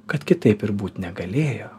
kad kitaip ir būt negalėjo